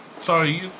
Sorry